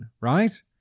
right